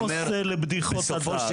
שאותה לצערי יענקי לא העלה,